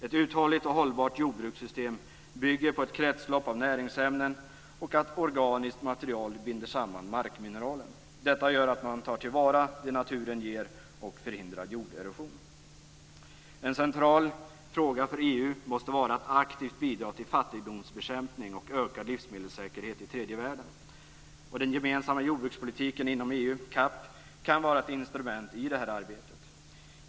Ett uthålligt och hållbart jordbrukssystem bygger på ett kretslopp av näringsämnen och att organiskt material binder samman markmineralen. Detta gör att man tar till vara det naturen ger och förhindrar jorderosion. En central fråga för EU måste vara att aktivt bidra till fattigdomsbekämpning och ökad livsmedelssäkerhet i tredje världen. Den gemensamma jordbrukspolitiken inom EU - CAP - kan vara ett instrument i detta arbete.